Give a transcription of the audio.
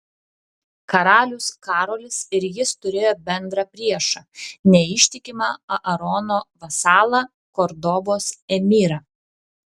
karalius karolis ir jis turėjo bendrą priešą neištikimą aarono vasalą kordobos emyrą